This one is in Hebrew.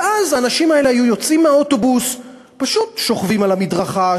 ואז האנשים האלה היו יוצאים מהאוטובוס ופשוט שוכבים על המדרכה,